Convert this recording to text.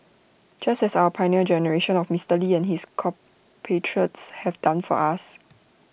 just as our Pioneer Generation of Mister lee and his compatriots have done for us